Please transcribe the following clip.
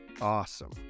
awesome